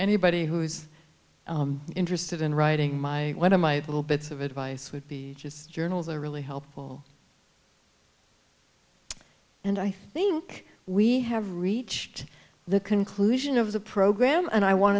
anybody who's interested in writing my one of my little bits of advice would be just journals are really helpful and i think we have reached the conclusion of the program and i want